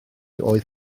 oedd